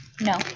no